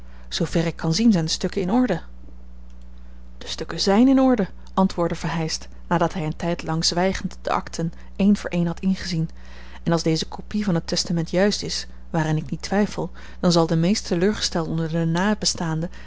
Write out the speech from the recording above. ver ik zien kan zijn de stukken in orde de stukken zijn in orde antwoordde verheyst nadat hij een tijd lang zwijgend de akten een voor een had ingezien en als deze copie van het testament juist is waaraan ik niet twijfel dan zal de meest teleurgestelde onder de nabestaanden